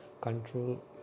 control